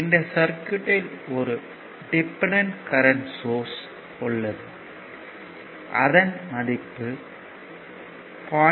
இந்த சர்க்யூட்யில் ஒரு டிபெண்டன்ட் கரண்ட் சோர்ஸ் உள்ளது அதன் மதிப்பு 0